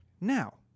Now